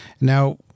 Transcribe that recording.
Now